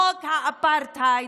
חוק האפרטהייד.